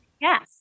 Yes